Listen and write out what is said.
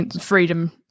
Freedom